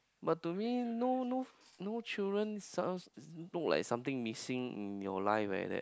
but to me no no no children sounds no like something missing in your life like that